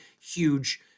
huge